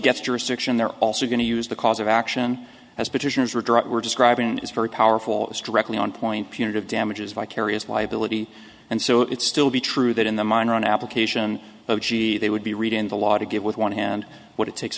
gets jurisdiction they're also going to use the cause of action as petitions were dropped were describing is very powerful is directly on point punitive damages vicarious liability and so it's still be true that in the minor an application of she they would be read in the law to get with one hand what it takes